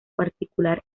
particular